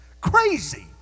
Crazy